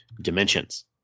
dimensions